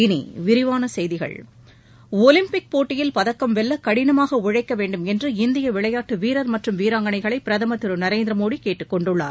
இனி விரிவான செய்திகள் ஒலிப்பிக் போட்டியில் பதக்கம் வெல்ல கடினமாக உழைக்க வேண்டுமென்று இந்திய விளையாட்டு வீரர் மற்றும் வீராங்கனைகளை பிரதமர் திரு நரேந்திர மோடி கேட்டுக் கொண்டுள்ளார்